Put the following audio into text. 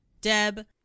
Deb